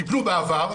טיפלו בעבר,